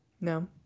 No